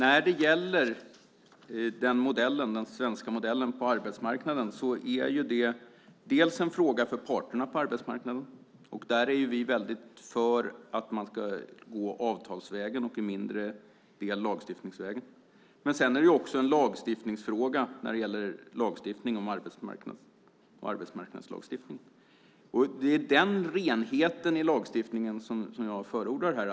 Fru talman! Den svenska modellen på arbetsmarknaden är delvis en fråga för parterna på arbetsmarknaden. Vi är för att man ska gå avtalsvägen och i mindre del lagstiftningsvägen. Men det är också en lagstiftningsfråga och gäller lagstiftning om arbetsmarknaden. Det är den renheten i lagstiftningen som jag förordar här.